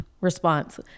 response